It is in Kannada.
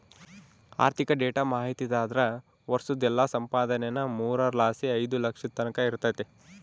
ಆರ್ಥಿಕ ಡೇಟಾ ಮಾಹಿತಿದಾರ್ರ ವರ್ಷುದ್ ಎಲ್ಲಾ ಸಂಪಾದನೇನಾ ಮೂರರ್ ಲಾಸಿ ಐದು ಲಕ್ಷದ್ ತಕನ ಇರ್ತತೆ